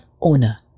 owner